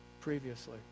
previously